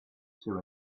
two